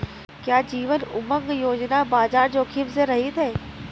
क्या जीवन उमंग योजना बाजार जोखिम से रहित है?